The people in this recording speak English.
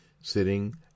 sitting